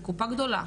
היא קופה גדולה.